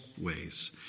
ways